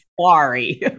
sorry